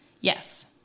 yes